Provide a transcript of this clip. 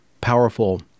powerful